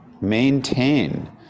Maintain